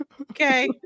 Okay